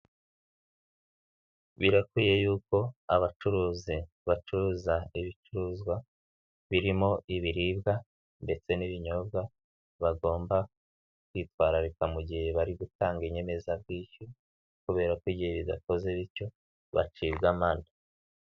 Birakwiye yuko abacuruzi bacuruza ibicuruzwa, birimo ibiribwa ndetse n'ibinyobwa, bagomba kwitwararika mu gihe bari gutanga inyemezabwishyu kubera ko igihe bidakozwe bityo, bacibwa amande.